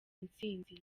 intsinzi